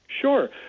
Sure